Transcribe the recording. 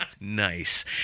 Nice